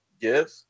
give